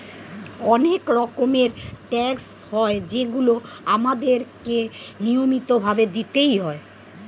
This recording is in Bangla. অনেক রকমের ট্যাক্স হয় যেগুলো আমাদের কে নিয়মিত ভাবে দিতেই হয়